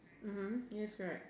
mmhmm skill set